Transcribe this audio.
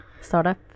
startup